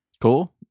Cool